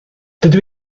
dydw